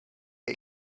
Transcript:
you